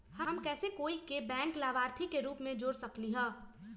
हम कैसे कोई और के बैंक लाभार्थी के रूप में जोर सकली ह?